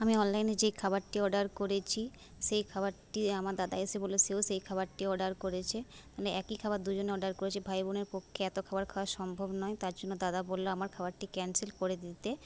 আমি অনলাইনে যে খাবারটি অর্ডার করেছি সেই খাবারটি আমার দাদা এসে বলল সেও সেই খাবারটি অর্ডার করেছে মানে একই খাবার দুজনে অর্ডার করেছি ভাই বোনের পক্ষে এত খাবার খাওয়া সম্ভব নয় তার জন্য দাদা বলল আমার খাবারটি ক্যানসেল করে দিতে